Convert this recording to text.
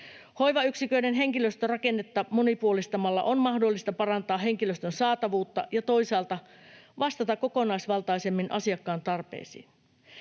Hoivayksiköiden henkilöstörakennetta monipuolistamalla on mahdollista parantaa henkilöstön saatavuutta ja toisaalta vastata kokonaisvaltaisemmin asiakkaan tarpeisiin.